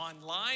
online